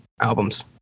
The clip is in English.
albums